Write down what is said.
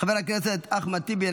חבר הכנסת אחמד טיבי,